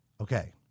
Okay